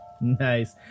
Nice